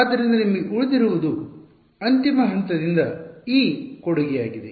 ಆದ್ದರಿಂದ ನಿಮಗೆ ಉಳಿದಿರುವುದು ಅಂತಿಮ ಹಂತದಿಂದ ಈ ಕೊಡುಗೆಯಾಗಿದೆ